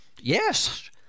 yes